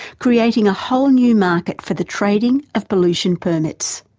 creating a whole new market for the trading of pollution permits.